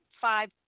five